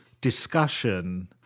discussion